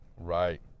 Right